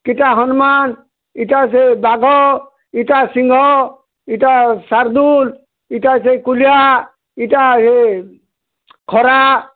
ଇଟା ହନୁମାନ୍ ଇଟା ସେ ବାଘ ଇଟା ସିଂହ ଇଟା ସାରଦୁଲ୍ ଇଟା ସେ କୁଲିଆ ଇଟା ଏ ଖରା